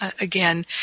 again